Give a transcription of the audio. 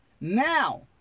Now